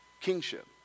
kingship